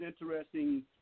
interesting